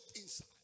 inside